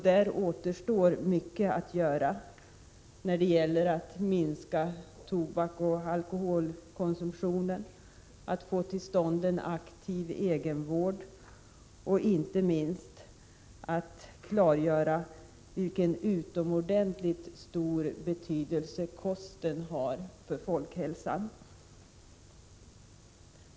Där återstår mycket att göra — det gäller att minska tobaksoch alkoholkonsumtionen, att få till stånd en aktiv egenvård och inte minst att klargöra vilken utomordentligt stor betydelse kosten har för folkhälsan.